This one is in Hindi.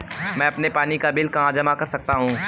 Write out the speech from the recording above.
मैं अपने पानी का बिल कहाँ जमा कर सकता हूँ?